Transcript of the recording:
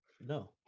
No